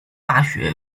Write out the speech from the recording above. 大学